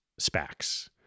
SPACs